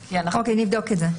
אוקיי, נבדוק את זה.